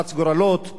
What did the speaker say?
חרץ גורלות,